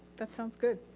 that sounds good.